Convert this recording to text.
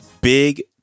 Big